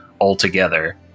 altogether